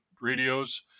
radios